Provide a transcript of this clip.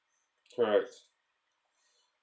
correct